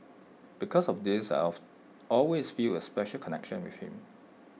because of this of always feel A special connection with him